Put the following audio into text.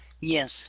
Yes